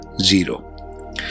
zero